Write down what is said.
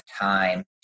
time